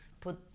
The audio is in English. put